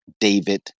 David